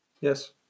yes